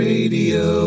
Radio